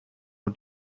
und